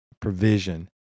provision